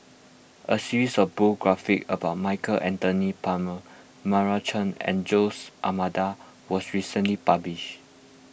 a series of biographies about Michael Anthony Palmer Meira Chand and Jose Almeida was recently published